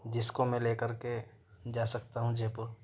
جس کو میں لے کر کے جا سکتا ہوں جےپور